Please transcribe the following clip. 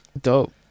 dope